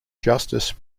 justice